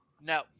No